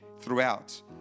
throughout